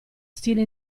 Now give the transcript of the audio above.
stile